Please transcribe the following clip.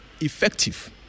effective